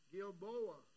Gilboa